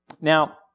Now